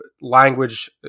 language